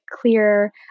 clear